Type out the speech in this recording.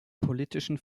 politischen